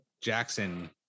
Jackson